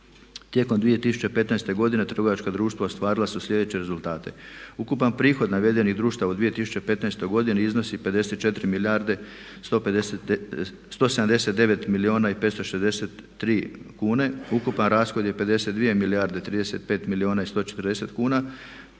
Tijekom 2015. godine trgovačka društva ostvarila su sljedeće rezultate: ukupan prihod navedenih društava u 2015. godini iznosi 54 milijarde 179 milijuna i 563 tisuće kuna, ukupan rashod je 52 milijarde 35 milijuna i 140 tisuća